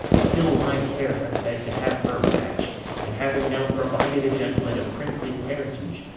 still my care hath been to have her match'd and having now provided a gentleman of princely parentage,